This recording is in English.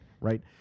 right